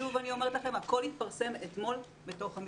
שוב אני אומרת לכם שהכול התפרסם אתמול בתוך המתווה.